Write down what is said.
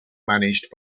managed